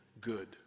good